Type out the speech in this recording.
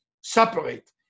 separate